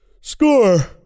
Score